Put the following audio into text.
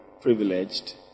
privileged